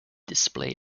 display